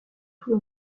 tout